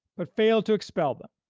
but failed to expel them.